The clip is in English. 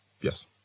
Yes